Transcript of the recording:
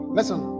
Listen